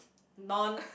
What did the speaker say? non